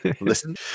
listen